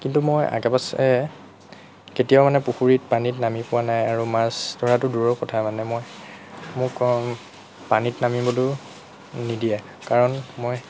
কিন্তু মই আগে পাছে কেতিয়াও মানে পুখুৰীত পানীত নামি পোৱা নাই আৰু মাছ ধৰাটো দূৰৰ কথা মানে মই মোক পানীত নামিবলৈও নিদিয়ে কাৰণ মই